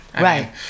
Right